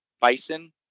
Bison